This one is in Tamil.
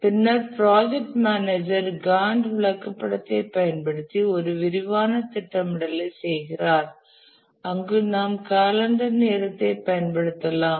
பின்னர் ப்ராஜெக்ட் மேனேஜர் காண்ட் விளக்கப்படத்தைப் பயன்படுத்தி ஒரு விரிவான திட்டமிடலைச் செய்கிறார் அங்கு நாம் காலண்டர் நேரத்தைப் பயன்படுத்தலாம்